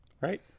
right